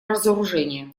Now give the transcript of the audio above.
разоружения